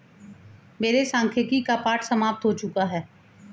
मेरे सांख्यिकी का पाठ समाप्त हो चुका है